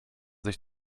sich